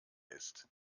ist